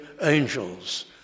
angels